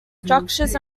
structures